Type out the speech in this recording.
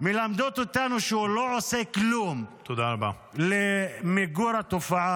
מלמדות אותנו שהוא לא עושה כלום למיגור התופעה